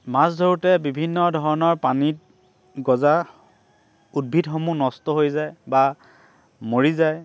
মাছ ধৰোঁতে বিভিন্ন ধৰণৰ পানীত গজা উদ্ভিদসমূহ নষ্ট হৈ যায় বা মৰি যায়